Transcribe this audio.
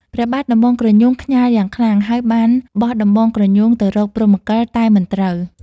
ព្រះបាទដំបងក្រញូងខ្ញាល់យ៉ាងខ្លាំង ហើយបានបោះដំបងក្រញូងទៅរកព្រហ្មកិល តែមិនត្រូវ ។